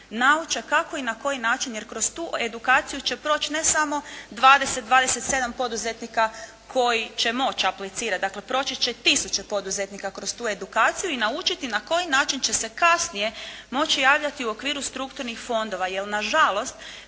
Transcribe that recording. nauče kako i na koji način jer kroz tu edukaciju će proći ne samo 20, 27 poduzetnika koji će moći aplicirati, dakle, proći će tisuće poduzetnika kroz tu edukaciju i naučiti na koji način će se kasnije moći javljati u okviru strukturnih fondova. Jer na žalost